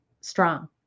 strong